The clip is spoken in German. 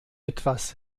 etwas